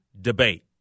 debate